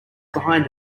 behind